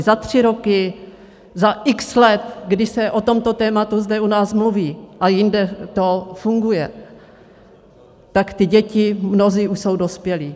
Za tři roky, za x let, kdy se o tomto tématu zde u nás mluví a jinde to funguje, tak ty děti, mnozí už jsou dospělí.